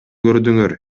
көрдүңөр